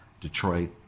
Detroit